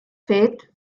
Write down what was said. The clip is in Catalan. fet